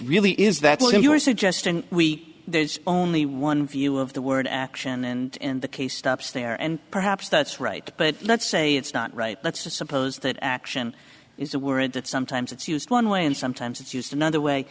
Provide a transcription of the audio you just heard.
really is that what you are suggesting we there is only one view of the word action and in the case stops there and perhaps that's right but let's say it's not right let's suppose that action is a word that sometimes it's used one way and sometimes it's used another way